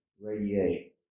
radiate